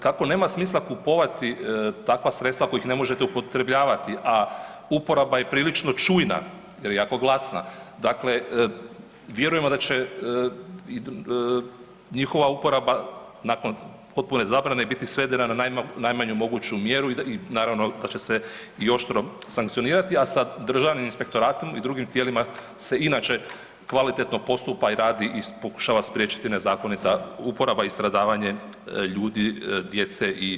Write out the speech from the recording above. Kako nema smisla kupovati takva sredstva kojih ne možete upotrebljavati, a uporaba je prilično čujna jer je jako glasna, dakle vjerujemo da će njihova uporaba nakon potpune zabrane biti svedena na najmanju moguću mjeru i naravno da će se i oštro sankcionirati, a sa Državnim inspektoratom i drugim tijelima se inače kvalitetno postupa i radi i pokušava spriječiti nezakonita uporaba i stradavanje ljudi, djece i životinja.